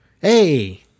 Hey